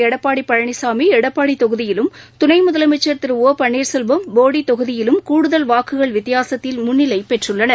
எடப்பாடி பழனிசாமி எடப்பாடி தொகுதியிலும் துணை முதலமைச்சர் திரு ஒ பள்னீர் செல்வம் போடி தொகுதியிலும் கூடுதல் வாக்குகள் வித்தியாசத்தில் முன்னிலை பெற்றுள்ளனர்